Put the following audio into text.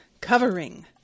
covering